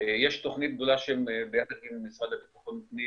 יש תוכנית גדולה ביחד עם המשרד לבטחון פנים